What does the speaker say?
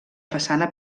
façana